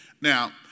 Now